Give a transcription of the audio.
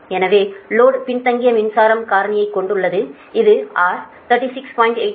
எனவே லோடு பின்தங்கிய மின்சாரம் காரணியைக் கொண்டுள்ளது இது R 36